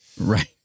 Right